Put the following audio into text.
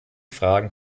fragen